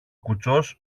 κουτσός